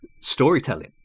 storytelling